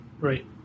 right